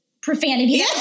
profanity